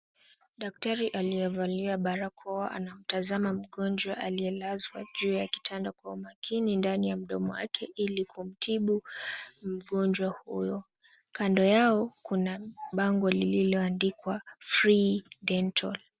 Daktari aliyevalia barakoa anamtazma mgonjwa aliyelazwa juu ya kitanda kwa umakini ndani ya mdomo wake ili kumtibu mgonjwa huyo. Kando yao, kuna bango lililoandikwa Free dental .